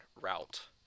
route